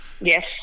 Yes